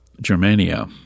Germania